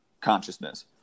consciousness